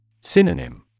Synonym